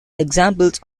examples